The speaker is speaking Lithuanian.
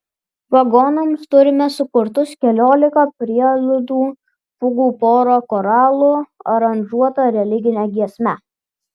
vargonams turime sukurtus keliolika preliudų fugų porą choralų aranžuotą religinę giesmę